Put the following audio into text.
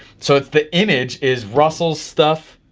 so the image is russell's stuff,